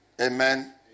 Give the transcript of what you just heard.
Amen